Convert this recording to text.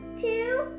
two